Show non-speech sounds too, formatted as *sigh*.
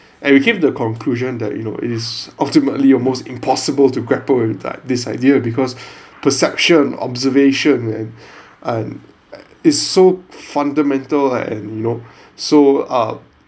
and we came to the conclusion that you know it is ultimately almost impossible to grapple with that this idea because *breath* perception observation and *breath* and it's so fundamental and you know so um